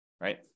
right